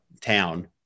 town